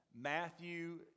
Matthew